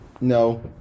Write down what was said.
No